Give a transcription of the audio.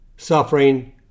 suffering